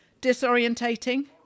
Disorientating